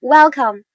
Welcome